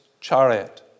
chariot